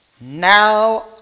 Now